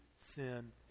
sin